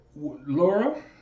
Laura